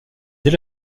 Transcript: dès